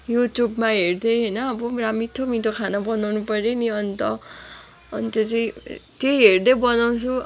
युट्युबमा हेर्दै होइन अब मिठो मिठो खाना बनाउनु पऱ्यो नि अन्त अन्त चाहिँ त्यही हेर्दै बनाउँछु